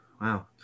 Wow